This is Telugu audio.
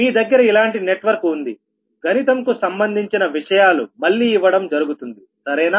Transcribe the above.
మీ దగ్గర ఇలాంటి నెట్వర్కు ఉంది గణితం కు సంబంధించిన విషయాలు మళ్ళీ ఇవ్వడం జరుగుతుంది సరేనా